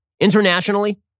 Internationally